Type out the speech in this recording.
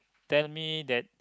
tell me that